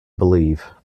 believe